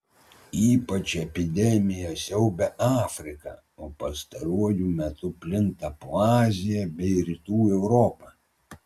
ypač epidemija siaubia afriką o pastaruoju metu plinta po aziją bei rytų europą